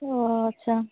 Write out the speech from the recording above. ᱳ ᱟᱪᱪᱷᱟ